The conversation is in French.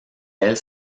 elle